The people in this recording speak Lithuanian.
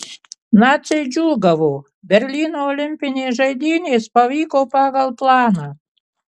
naciai džiūgavo berlyno olimpinės žaidynės pavyko pagal planą